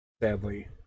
sadly